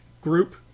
group